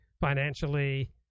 financially